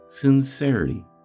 Sincerity